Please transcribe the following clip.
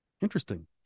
Interesting